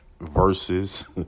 versus